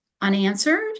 unanswered